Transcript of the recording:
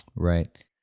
Right